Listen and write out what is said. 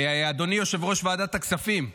אדוני יושב-ראש ועדת הכספים,